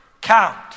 count